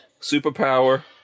superpower